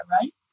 right